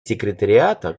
секретариата